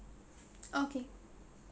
okay